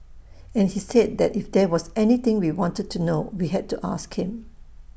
and he said that if there was anything we wanted to know we had to ask him